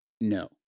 No